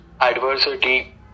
Adversity